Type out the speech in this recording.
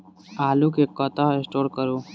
आलु केँ कतह स्टोर करू?